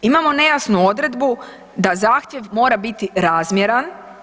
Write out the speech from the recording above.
Imamo nejasnu odredbu da zahtjev mora biti razmjeran.